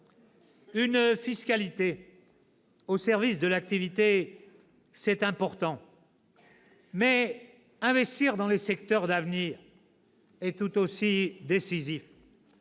Une fiscalité au service de l'activité, c'est important, mais investir dans les secteurs d'avenir est tout aussi décisif.